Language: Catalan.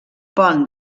pont